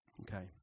Okay